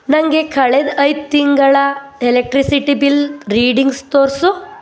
ನನಗೆ ಕಳೆದ ಐದು ತಿಂಗಳ ಎಲೆಕ್ಟ್ರಿಸಿಟಿ ಬಿಲ್ ರೀಡಿಂಗ್ಸ್ ತೋರಿಸು